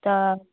त